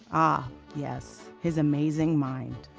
ahhh yes, his amazing mind.